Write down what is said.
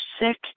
sick